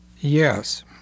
Yes